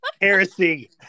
Heresy